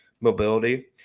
mobility